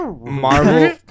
Marvel